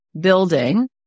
building